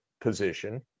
position